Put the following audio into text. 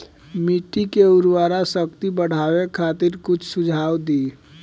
मिट्टी के उर्वरा शक्ति बढ़ावे खातिर कुछ सुझाव दी?